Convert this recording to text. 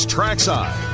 Trackside